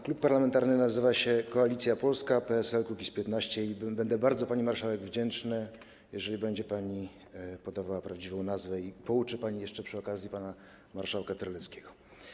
Klub parlamentarny nazywa się Koalicja Polska - PSL - Kukiz15 i będę bardzo pani marszałek wdzięczny, jeżeli będzie pani podawała prawdziwą nazwę i pouczy pani jeszcze przy okazji pana marszałka Terleckiego.